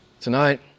tonight